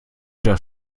das